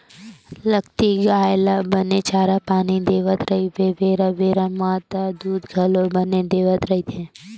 लगती गाय ल बने चारा पानी देवत रहिबे बेरा बेरा म त दूद घलोक बने देवत रहिथे